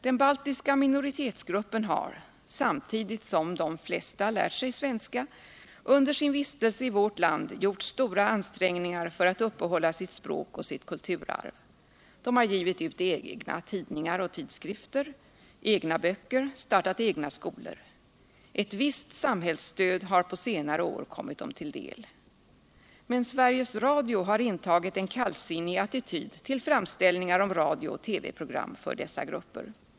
Den baltiska minoritetsgruppen har, samtidigt som de flesta lärt sig svenska, under sin vistelse i vårt land gjort stora ansträngningar för att uppehålla sitt språk och sitt kulturarv. De har givit ut egna tidningar och tidskrifter, tryckt egna böcker, startat egna skolor. Ett visst samhällsstöd har på senare år kommit dem till del. Men Sveriges Radio har intagit en kallsinnig attityd till framställningar om radiooch TV-program för dessa grupper.